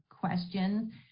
questions